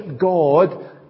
God